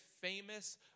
famous